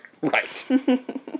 Right